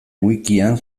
wikian